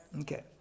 okay